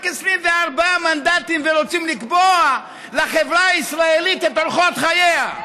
24 מנדטים ורוצים לקבוע לחברה הישראלית את אורחות חייה.